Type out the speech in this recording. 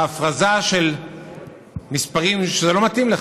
בהפרזה של מספרים, שזה לא מתאים לך,